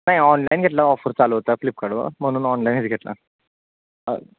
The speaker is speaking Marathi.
नाही ऑनलाईन घेतला ऑफर चालू होता फ्लिपकार्टवर म्हणून ऑनलाईनच घेतला